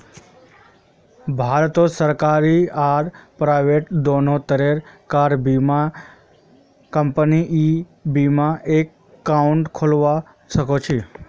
भारतत सरकारी आर प्राइवेट दोनों तरह कार बीमा कंपनीत ई बीमा एकाउंट खोलवा सखछी